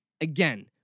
again